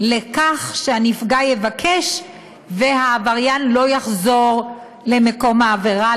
לכך שהנפגע יבקש והעבריין לא יחזור למקום העבירה,